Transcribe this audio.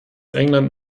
england